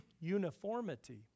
uniformity